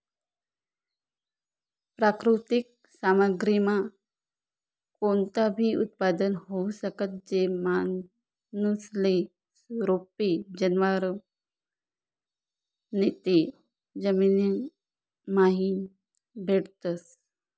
प्राकृतिक सामग्रीमा कोणताबी उत्पादन होऊ शकस, जे माणूसले रोपे, जनावरं नैते जमीनमाईन भेटतस